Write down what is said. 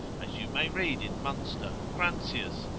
as you may read in munster, cranzius,